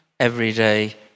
Everyday